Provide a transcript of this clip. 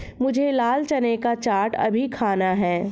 मुझे लाल चने का चाट अभी खाना है